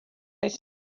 oes